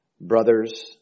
Brothers